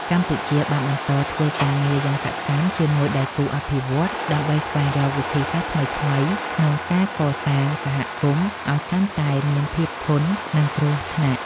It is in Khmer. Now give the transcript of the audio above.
កម្ពុជាបានបន្តធ្វើការងារយ៉ាងសកម្មជាមួយដៃគូអភិវឌ្ឍន៍ ដើម្បីស្វែងរកវិធីសាស្ត្រថ្មីៗក្នុងការកសាងសហគមន៍ឱ្យកាន់តែមានភាពធន់នឹងគ្រោះថ្នាក់។